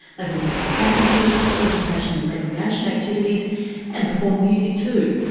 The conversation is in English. they've organised conferences, education and recreation activities and perform music, too.